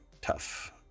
tough